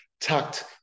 tucked